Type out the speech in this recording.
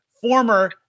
former